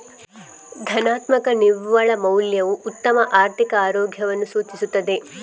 ಧನಾತ್ಮಕ ನಿವ್ವಳ ಮೌಲ್ಯವು ಉತ್ತಮ ಆರ್ಥಿಕ ಆರೋಗ್ಯವನ್ನು ಸೂಚಿಸುತ್ತದೆ